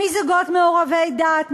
מזוגות מעורבי דת,